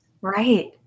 right